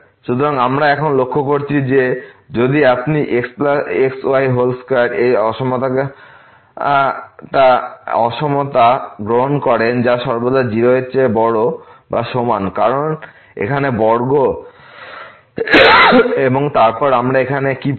সুতরাং আমরা এখন লক্ষ্য করেছি যে যদি আপনি xy2এই অসমতা গ্রহণ করেন যা সর্বদা 0 এর চেয়ে বড় বা সমান কারণ এখানে বর্গ এবং তারপর আমরা এখানে কি পেতে পারি